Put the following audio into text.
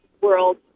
world